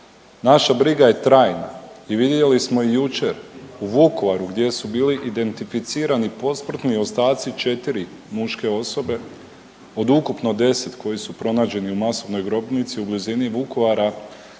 Naša briga je trajna i vidjeli smo i jučer u Vukovaru gdje su bili identificirani posmrtni ostaci 4 muške osobe od ukupno 10 koji su pronađeni u masovnoj grobnici u blizini Vukovara